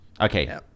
okay